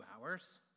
hours